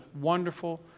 wonderful